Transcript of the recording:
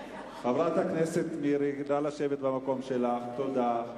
חברת הכנסת מירי, נא לשבת במקום שלך, תודה.